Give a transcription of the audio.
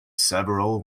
several